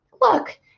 look